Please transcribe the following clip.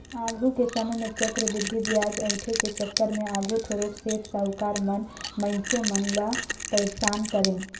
आघु के समे में चक्रबृद्धि बियाज अंइठे के चक्कर में आघु थारोक सेठ, साहुकार मन मइनसे मन ल पइरसान करें